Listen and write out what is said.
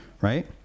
right